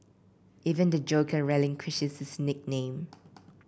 even the Joker relinquishes his nickname